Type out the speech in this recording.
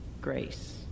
grace